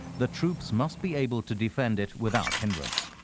the troops must be able to defend it without hindrance.